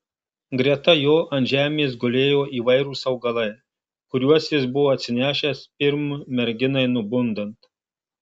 greta jo ant žemės gulėjo įvairūs augalai kuriuos jis buvo atsinešęs pirm merginai nubundant